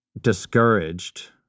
discouraged